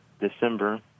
December